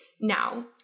now